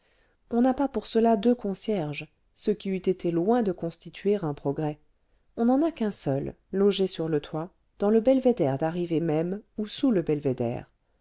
on n'a pas pour cela deux concierges ce qui eût été loin de constituer un progrès on n'en a qu'un seul logé sur le toit dans le belvédère d'arrivée même ou sous le belvédère